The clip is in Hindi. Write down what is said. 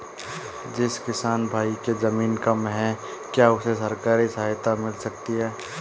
जिस किसान भाई के ज़मीन कम है क्या उसे सरकारी सहायता मिल सकती है?